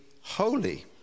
holy